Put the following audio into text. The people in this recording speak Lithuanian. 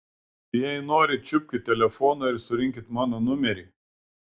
jei norit čiupkit telefoną ir surinkit mano numerį